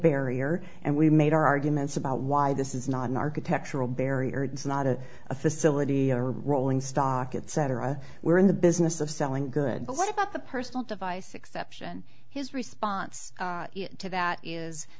barrier and we made our arguments about why this is not an architectural barrier it's not a a facility a rolling stock it cetera we're in the business of selling good but what about the personal device exception his response to that is